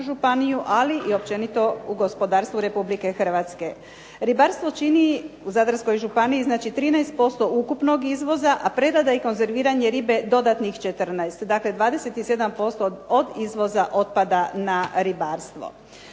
ali općenito u gospodarstvu Republike Hrvatske. Ribarstvo čini u Zadarskoj županiji ukupno 13% izvoza a prerada i konzerviranje ribe dodatnih 14. Dakle, 27% od izvoza otpada na ribarstvo.